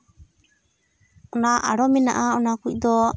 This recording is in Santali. ᱚᱱᱟ ᱟᱨᱚ ᱢᱮᱱᱟᱜᱼᱟ ᱚᱱᱟ ᱠᱚ ᱫᱚ